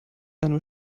einem